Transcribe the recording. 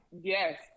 Yes